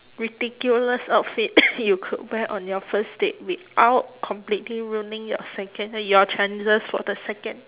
ridiculous outfit you could wear on your first date without completely ruining your second your chances for the second